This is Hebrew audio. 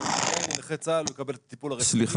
גם אם הוא נכה צה"ל הוא יקבל את הטיפול הרפואי --- סליחה,